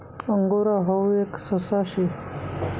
angora हाऊ एक ससा शे